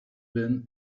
been